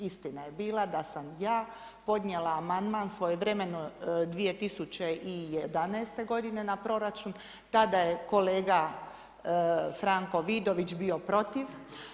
Istina je bila da sam ja podnijela amandman svojevremeno 2011. godine na proračun, tada je kolega Franko Vidović bio protiv.